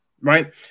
right